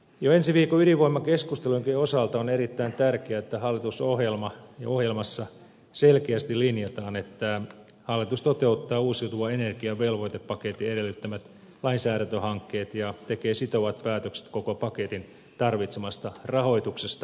jo ensi viikon ydinvoimakeskustelujenkin osalta on erittäin tärkeää että hallitusohjelmassa selkeästi linjataan että hallitus toteuttaa uusiutuvan energian velvoitepaketin edellyttämät lainsäädäntöhankkeet ja tekee sitovat päätökset koko paketin tarvitsemasta rahoituksesta